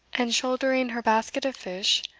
and, shouldering her basket of fish,